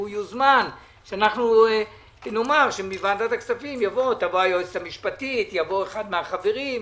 יבואו מוועדת הכספים היועצת המשפטית, אחד מהחברים.